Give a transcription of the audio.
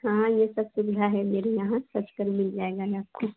हाँ यह सब सुविधा है मेरे यहाँ सब फल मिल जाएगा यह आपको